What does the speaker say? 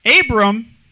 Abram